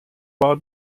war